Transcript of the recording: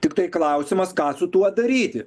tiktai klausimas ką su tuo daryti